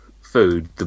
food